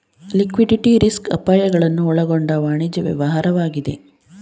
liquidity risk ಅಪಾಯಗಳನ್ನು ಒಳಗೊಂಡ ವಾಣಿಜ್ಯ ವ್ಯವಹಾರವಾಗಿದೆ